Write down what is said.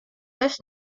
les